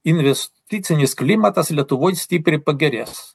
investicinis klimatas lietuvoj stipriai pagerės